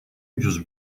ucuz